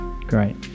great